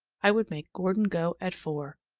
i would make gordon go at four.